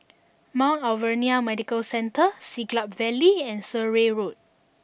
Mount Alvernia Medical Centre Siglap Valley and Surrey Road